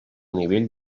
nivell